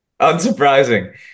Unsurprising